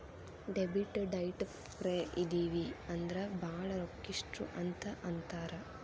debit ಡೈಟ್ ಫ್ರೇ ಇದಿವಿ ಅಂದ್ರ ಭಾಳ್ ರೊಕ್ಕಿಷ್ಟ್ರು ಅಂತ್ ಅಂತಾರ